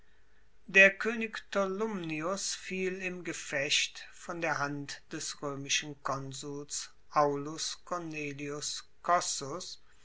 der koenig tolumnius fiel im gefecht von der hand des roemischen konsuls aulus cornelius